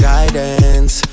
Guidance